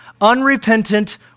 Unrepentant